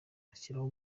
ashyiraho